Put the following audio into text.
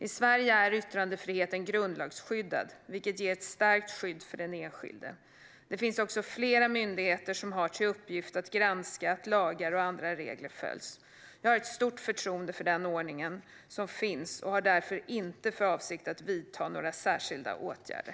I Sverige är yttrandefriheten grundlagsskyddad, vilket ger ett starkt skydd för den enskilde. Det finns också flera myndigheter som har till uppgift att granska att lagar och andra regler följs. Jag har stort förtroende för den ordning som finns och har därför inte för avsikt att vidta några särskilda åtgärder.